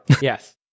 Yes